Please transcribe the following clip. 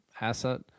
asset